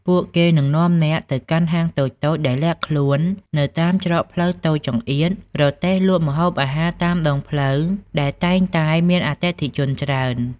ពួកគេនឹងនាំអ្នកទៅកាន់ហាងតូចៗដែលលាក់ខ្លួននៅតាមច្រកផ្លូវតូចចង្អៀត រទេះលក់ម្ហូបអាហារតាមដងផ្លូវដែលតែងតែមានអតិថិជនច្រើន